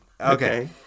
Okay